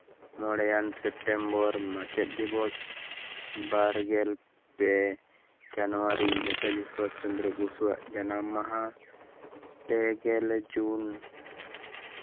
ᱢᱚᱬᱮᱭᱟᱱ September ᱢᱟᱪᱮᱫ ᱫᱤᱵᱚᱥ ᱵᱟᱨᱜᱮᱞ ᱯᱮ ᱡᱟᱱᱩᱣᱟᱨᱤ ᱱᱮᱛᱟᱡᱤ ᱥᱩᱵᱷᱟᱥ ᱪᱚᱱᱫᱨᱚ ᱵᱚᱥᱩᱣᱟᱜ ᱡᱟᱱᱟᱢ ᱢᱟᱦᱟ ᱯᱮᱜᱮᱞ ᱡᱩᱱ